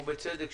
ובצדק,